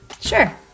Sure